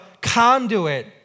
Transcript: conduit